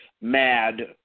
mad